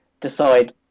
decide